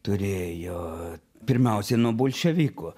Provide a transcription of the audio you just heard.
turėjo pirmiausiai nuo bolševikų